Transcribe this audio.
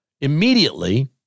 Immediately